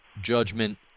judgment